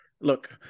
Look